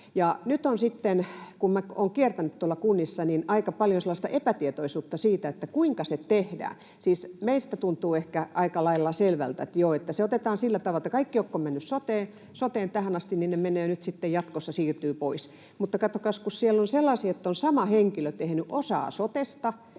Kun minä olen kiertänyt tuolla kunnissa, niin nyt on aika paljon sellaista epätietoisuutta siitä, kuinka se tehdään. Siis meistä ehkä tuntuu aika lailla selvältä, että joo, se otetaan sillä tavalla, että kaikki, jotka ovat tähän asti menneet soteen, sitten jatkossa siirtyvät pois, mutta katsokaas, kun siellä on sellaista, että sama henkilö on tehnyt osaa sotesta